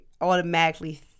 automatically